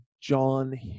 John